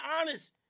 honest